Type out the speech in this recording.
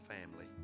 family